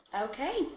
Okay